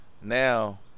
Now